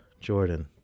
Jordan